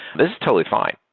this is totally fi ne.